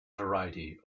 variety